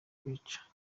kwica